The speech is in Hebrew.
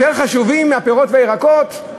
יותר חשובים מהפירות והירקות?